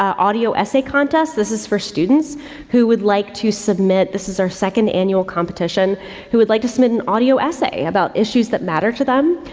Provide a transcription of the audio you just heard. audio essay contest. this is for students who would like to submit this is our second annual competition who would like to submit an audio essay about issues that matter to them.